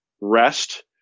rest